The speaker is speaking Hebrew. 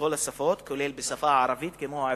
בכל השפות, כולל בשפה הערבית, כמו בעברית,